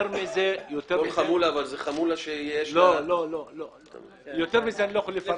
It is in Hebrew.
יותר מזה אני לא יכול לומר.